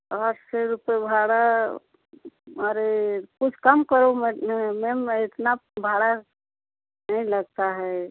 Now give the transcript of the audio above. आठ सौ रुपये भाड़ा अरे कुछ कम करो मैम इतना भाड़ा नहीं लगता है